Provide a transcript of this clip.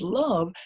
love